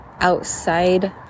outside